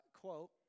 quote